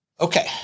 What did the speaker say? Okay